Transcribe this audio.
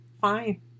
Fine